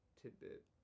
tidbit